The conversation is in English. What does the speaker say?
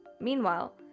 meanwhile